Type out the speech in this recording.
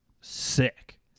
sick